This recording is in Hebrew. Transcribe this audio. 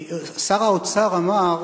שר האוצר אמר